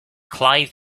clive